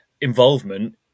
involvement